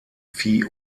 vieh